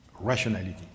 Rationality